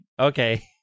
okay